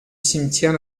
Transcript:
cimetière